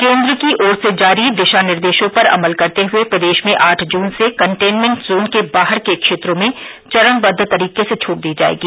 केन्द्र की ओर से जारी दिशा निर्देशों पर अमल करते हुए प्रदेश में आठ जून से कंटेनमेंट जोन के बाहर के क्षेत्रों में चरणबद्व तरीके से छूट दी जाएगी